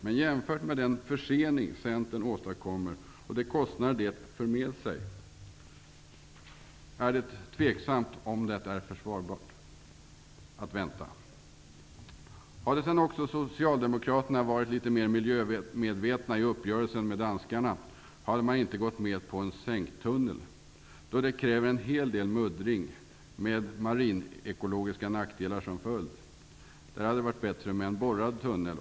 Men med tanke på den försening Centerns handlande åstadkommer och de kostnader den för med sig är det tveksamt om det är försvarbart att vänta. Om Socialdemokraterna hade varit litet mer miljömedvetna i uppgörelsen med danskarna hade de inte gått med på en sänktunnel, eftersom en sådan kräver en hel del muddring med marinekologiska nackdelar som följd. Det hade varit bättre med en borrad tunnel.